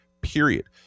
period